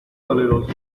valeroso